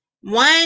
One